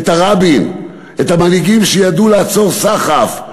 את ה"רבין", את המנהיגים שידעו לעצור סחף,